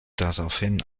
daraufhin